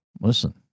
Listen